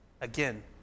Again